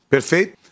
Perfeito